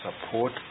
support